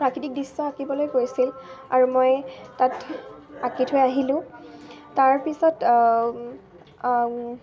প্ৰাকৃতিক দৃশ্য আঁকিবলৈ কৈছিল আৰু মই তাত আঁকি থৈ আহিলোঁ তাৰপিছত